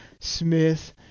Smith